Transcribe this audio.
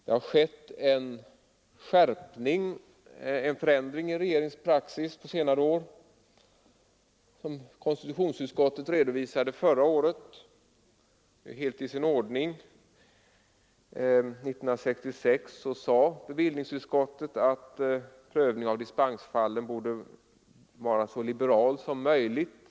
Det har skett en förändring i regeringens praxis på senare år, som konstitutionsutskottet redovisade förra året. Det är helt i sin ordning. 1966 sade bevillningsutskottet att prövningen av dispensfallen borde vara så liberal som möjligt.